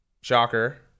shocker